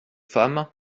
femmes